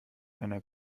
einer